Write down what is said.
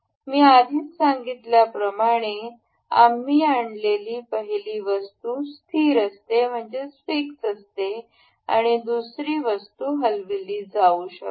मी आधीच सांगितल्याप्रमाणे आम्ही आणलेली पहिली वस्तू स्थिर राहते आणि दुसरी वस्तू हलविली जाऊ शकते